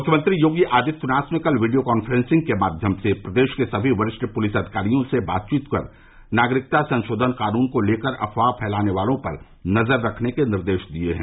मुख्यमंत्री योगी आदित्यनाथ ने कल वीडियो काफ्रेंसिंग के माध्यम से प्रदेश के सभी वरिष्ठ पुलिस अधिकारियों से बातचीत कर नागरिकता संशोधन कानून को लेकर अफवाह फैलाने वालों पर नजर रखने के निर्देश दिये हैं